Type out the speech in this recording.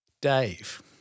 Dave